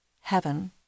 heaven